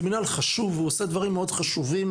זה מינהל חשוב שעושה דברים מאוד חשובים.